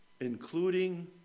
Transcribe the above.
including